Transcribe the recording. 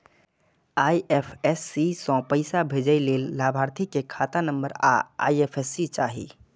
IFSC सं पैसा भेजै लेल लाभार्थी के खाता नंबर आ आई.एफ.एस.सी चाही